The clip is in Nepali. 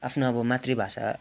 आफ्नो अब मातृभाषा